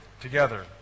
together